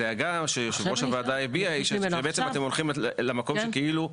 הדאגה שיושב-ראש הוועדה הביע היא שבעצם אתם הולכים למקום שכאילו..